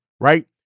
right